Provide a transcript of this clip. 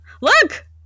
Look